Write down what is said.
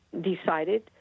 decided